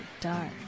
dark